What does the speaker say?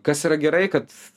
kas yra gerai kad